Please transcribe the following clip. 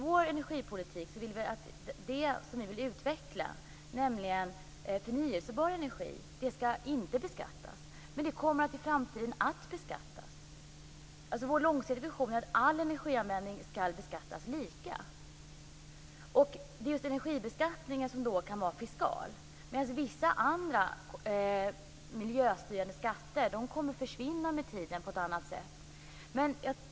Vår energipolitik innebär att det vi vill utveckla, nämligen förnybar energi, inte skall beskattas, men den kommer att beskattas i framtiden. Vår långsiktiga vision är att all energianvändning skall beskattas lika. Det är just energibeskattningen som kan vara fiskal, medan vissa andra miljöstyrande skatter kommer att försvinna med tiden på ett annat sätt.